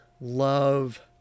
love